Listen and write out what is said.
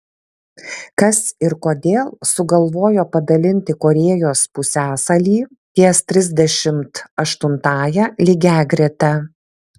kas ir kodėl sugalvojo padalinti korėjos pusiasalį ties trisdešimt aštuntąja lygiagrete